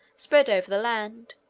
spread over the land,